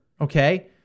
okay